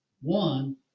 One